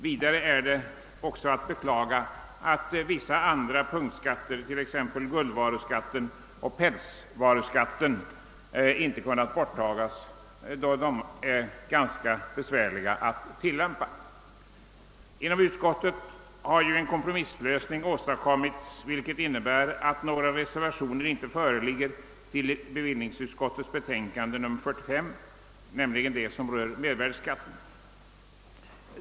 Vidare är det att beklaga att vissa andra punktskatter, t.ex. guldvaruskatten och pälsvaruskatten, inte kunnat borttagas, då de är ganska besvärliga att tillämpa. Inom = bevillningsutskottet har en kompromisslösning åstadkommits, vilket innebär att några reservationer inte föreligger till utskottets betänkande nr 45, som rör mervärdeskatten.